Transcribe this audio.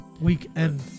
Weekend